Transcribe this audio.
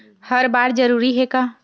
हर बार जरूरी हे का?